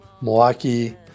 Milwaukee